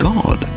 God